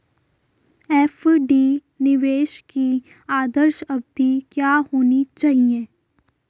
FD निवेश की आदर्श अवधि क्या होनी चाहिए?